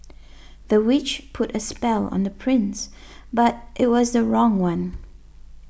the witch put a spell on the prince but it was the wrong one